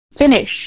finish